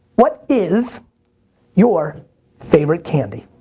what is your favorite candy?